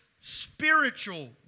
spiritual